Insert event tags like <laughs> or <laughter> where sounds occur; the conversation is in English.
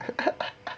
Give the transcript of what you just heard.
<laughs>